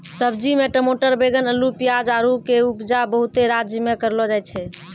सब्जी मे टमाटर बैगन अल्लू पियाज आरु के उपजा बहुते राज्य मे करलो जाय छै